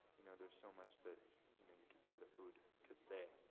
you know there's so much that you know you could say the food could say.